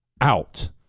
out